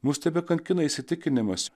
mus tebekankina įsitikinimas